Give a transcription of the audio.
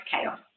chaos